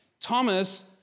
Thomas